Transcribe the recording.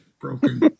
broken